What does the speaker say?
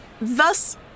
Thus